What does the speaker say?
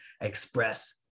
express